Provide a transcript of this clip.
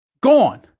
Gone